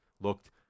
looked